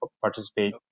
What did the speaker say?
participate